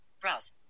browse